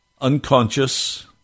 Unconscious